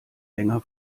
länger